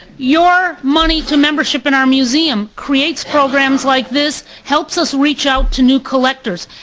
your money to membership in our museum creates programs like this, helps us reach out to new collectors.